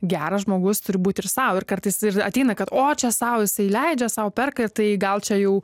geras žmogus turi būti ir sau ir kartais ir ateina kad o čia sau jisai leidžia sau perka ir tai gal čia jau